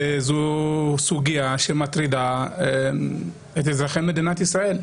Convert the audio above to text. זאת סוגיה שמטרידה את אזרחי מדינת ישראל.